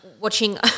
watching